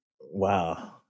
wow